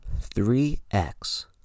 3x